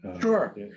Sure